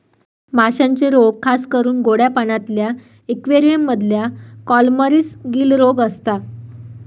माश्यांचे रोग खासकरून गोड्या पाण्यातल्या इक्वेरियम मधल्या कॉलमरीस, गील रोग असता